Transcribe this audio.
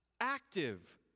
Active